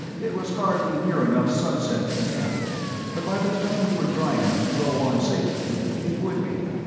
it was hardly near enough sunset to camp but by the time we were dry enough to go on safely, it would be,